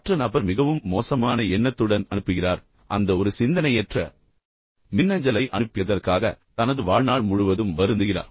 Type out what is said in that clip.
மற்ற நபர் மிகவும் மோசமான எண்ணத்துடன் அனுப்புகிறார் அந்த ஒரு சிந்தனையற்ற மின்னஞ்சலை அனுப்பியதற்காக அனுப்புபவர் தனது வாழ்நாள் முழுவதும் வருந்துகிறார்